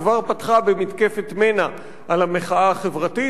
שכבר פתחה במתקפת מנע על המחאה החברתית.